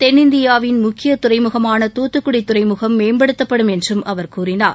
தென்னிந்தியாவின் முக்கிய துறைமுகமான தூத்துக்குடி துறைமுகம் மேம்படுத்தப்படும் என்றும் அவர் கூறினார்